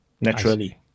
naturally